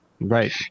Right